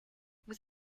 vous